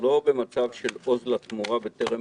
לא במצב של עוז לתמורה בטרם פורענות,